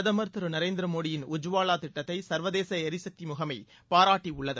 பிரதமர் திரு நரேந்திரமோடியின் உஜ்வாவா திட்டத்தை சர்வதேச எரிசக்தி முகமை பாராட்டியுள்ளது